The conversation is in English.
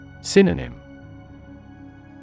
Synonym